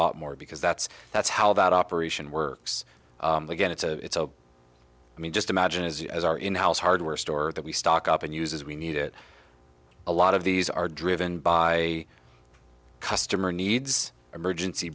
bought more because that's that's how that operation works again it's a it's a i mean just imagine as as our in house hardware store that we stock up and use as we need it a lot of these are driven by customer needs emergency